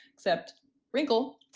except wrinkle,